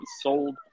sold